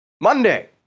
Monday